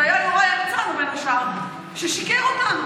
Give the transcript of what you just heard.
זה היה יוראי הרצנו בין השאר ששיקר לנו,